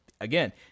again